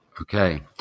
Okay